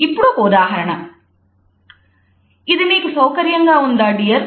ఇది నీకు సౌకర్యంగా ఉందా డియర్